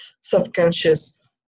subconscious